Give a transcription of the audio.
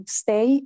stay